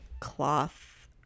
cloth